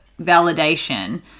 validation